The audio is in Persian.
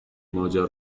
ماجرا